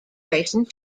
racing